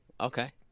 Okay